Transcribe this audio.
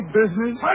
business